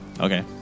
Okay